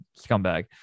scumbag